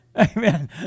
Amen